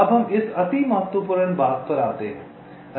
अब हम इस अति महत्वपूर्ण बात पर आते हैं